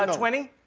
um twenty?